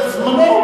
זה זמנו,